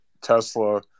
Tesla